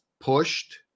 pushed